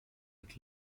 mit